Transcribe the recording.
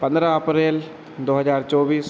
पन्द्रह अप्रैल दो हजार चौबीस